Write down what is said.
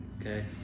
okay